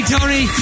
Tony